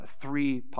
three